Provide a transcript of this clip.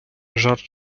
жарт